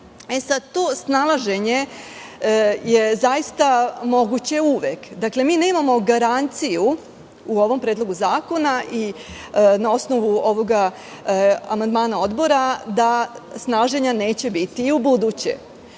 Sada to snalaženje je zaista moguće uvek. Dakle, mi nemamo garanciju u ovom predlogu zakona i na osnovu ovog amandmana Odbora, da snalaženja neće biti i ubuduće,